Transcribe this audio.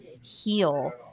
heal